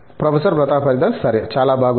professor Pratap Haridas సరే చాలా బాగుంది